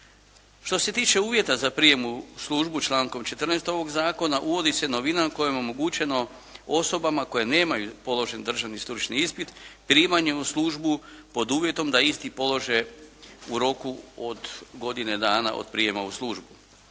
Što se tiče uvjeta za prijem u službu člankom 14. ovog zakona uvodi se novina kojom je omogućeno osobama koje nemaju položen državni stručni ispit, primanje u službu pod uvjetom da isti polože u roku od godinu dana od prijema u službu.